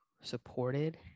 supported